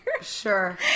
Sure